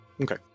Okay